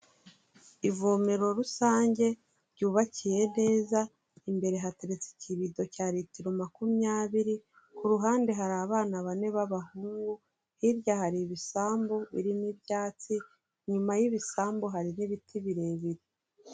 Ivomero rusange ryubakiye neza, imbere hateretse ikibido cya litiro makumyabiri, ku ruhande hari abana bane b'abahungu, hirya hari ibisambu birimo ibyatsi, inyuma y'ibisambu hariho ibiti birebire.